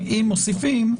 אם מוסיפים,